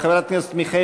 חברי הכנסת,